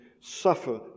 suffer